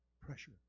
pressure